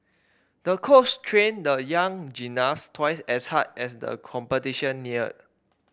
the coach trained the young gymnast twice as hard as the competition neared